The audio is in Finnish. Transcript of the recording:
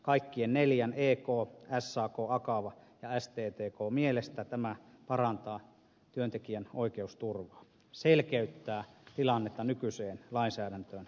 kaikkien neljän ek sak akava ja sttk mielestä tämä parantaa työntekijän oikeusturvaa selkeyttää tilannetta nykyiseen lainsäädäntöön verrattuna